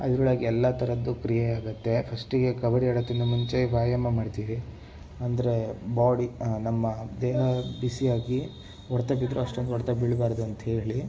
ಅದರೊಳಗೆಲ್ಲ ಥರದ್ದು ಕ್ರಿಯೆ ಆಗತ್ತೆ ಫಸ್ಟಿಗೆ ಕಬಡ್ಡಿ ಆಡೋಕ್ಕಿಂತ ಮುಂಚೆ ವ್ಯಾಯಾಮ ಮಾಡ್ತೀವಿ ಅಂದರೆ ಬಾಡಿ ನಮ್ಮ ದೇಹ ಬಿಸಿಯಾಗಿ ಹೊಡೆತ ಬಿದ್ದರೂ ಅಷ್ಟೊಂದು ಹೊಡೆತ ಬೀಳ್ಬಾರ್ದು ಅಂತ ಹೇಳಿ